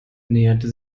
näherte